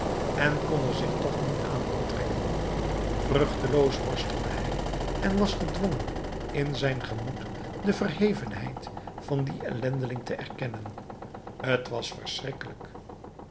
en kon er zich toch niet aan onttrekken vruchteloos worstelde hij en was gedwongen in zijn gemoed de verhevenheid van dien ellendeling te erkennen t was verschrikkelijk